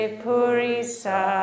purisa